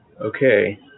Okay